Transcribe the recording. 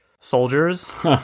soldiers